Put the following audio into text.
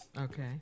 Okay